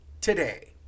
today